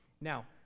Now